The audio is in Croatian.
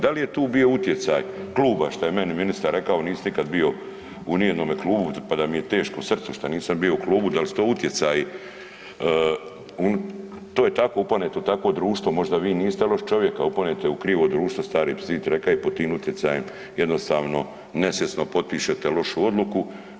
Dal je tu bio utjecaj kluba šta je meni ministar rekao nisi nikad bio u nijednome klubu, pa da mi je teško srcu šta nisam bio u klubu, dal su to utjecaji, to je tako, upanete u takvo društvo, možda vi niste loš čovjek, kad upanete u krivo društvo stari svit je reka i pod tim utjecajem jednostavno nesvjesno potpišete lošu odluku.